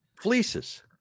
fleeces